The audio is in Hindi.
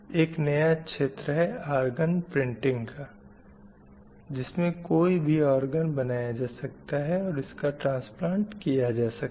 एक नया क्षेत्र है ऑर्गन प्रिंटिंग का जिसमें कोई भी ऑर्गन बनाया जा सकता है और उसका ट्रैन्स्प्लैंट किया जा सकता है